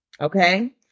Okay